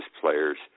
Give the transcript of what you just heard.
players